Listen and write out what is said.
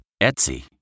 Etsy